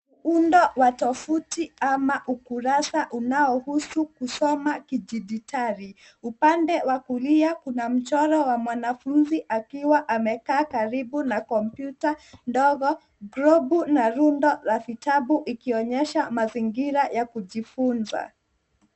Undo wa tovuti ama ukurasa unaohusu kusoma kidijitali. Upande wa kulia kuna mchoro wa mwanafunzi akiwa amekaa karibu na kompyuta ndogo, globu na rundo la vitabu ikionyesha mazingira ya kujifunza.